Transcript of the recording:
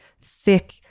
thick